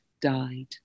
died